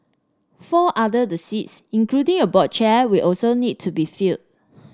four other the seats including a board chair will also need to be filled